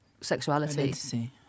sexuality